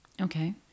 Okay